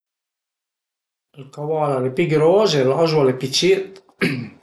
Ël caval al e pì gros e l'azu al e pì cit